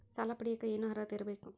ಸಾಲ ಪಡಿಯಕ ಏನು ಅರ್ಹತೆ ಇರಬೇಕು?